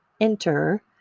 enter